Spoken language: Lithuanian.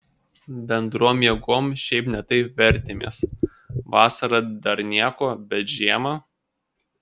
bendrom jėgom šiaip ne taip vertėmės vasarą dar nieko bet žiemą